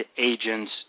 agents